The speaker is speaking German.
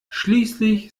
schließlich